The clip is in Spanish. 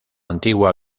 antigua